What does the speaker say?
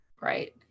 Right